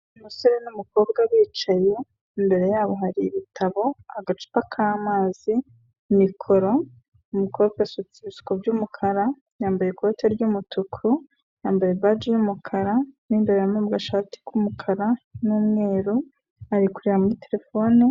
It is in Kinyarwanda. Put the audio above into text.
Umusore n'umukobwa bicaye, imbere yabo hari ibitabo, agacupa k'amazi, mikoro. Umukobwa asutse ibisuko by'umukara, yambaye ikoti ry'umutuku, yambaye baji yumukara, mu imbere harimo agashati k'umukara n'umweru, ari kureba muri terefone.